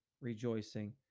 rejoicing